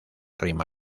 rima